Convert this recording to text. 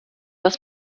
was